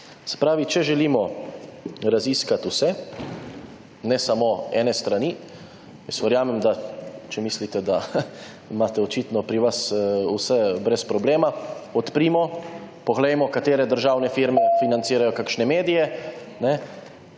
Se pravi, če želimo raziskati vse, ne samo ene strani, jaz verjamem, da če mislite, da imate očitno pri vas vse brez problema, odprimo, poglejmo katre državne firme / znak za konec